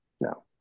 no